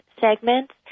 segments